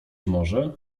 może